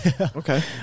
Okay